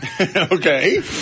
Okay